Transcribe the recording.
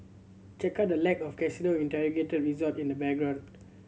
check out the lack of casino integrated resort in the background